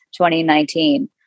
2019